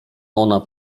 ona